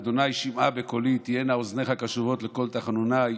ה' שמעה בקולי, תהיינה אזניך קשבות לקול תחנוני.